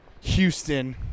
Houston